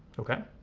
okay?